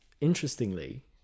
interestingly